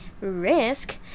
risk